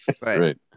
right